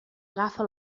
agafa